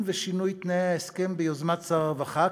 ושינוי של תנאי ההסכם ביוזמת שר הרווחה,